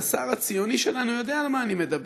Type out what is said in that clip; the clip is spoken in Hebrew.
והשר הציוני שלנו יודע מה אני מדבר,